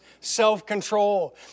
self-control